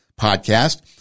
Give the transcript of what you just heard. podcast